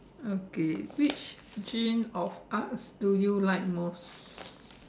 okay what gene of arts do you like most